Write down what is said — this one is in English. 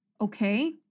Okay